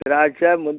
திராட்சை